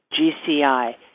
GCI